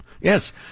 Yes